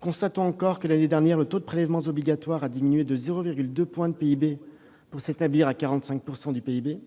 Constatons encore que, l'année dernière, le taux de prélèvements obligatoires a diminué de 0,2 point de PIB, pour s'établir à 45 % du PIB.